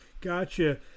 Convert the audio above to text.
gotcha